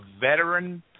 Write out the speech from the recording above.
veteran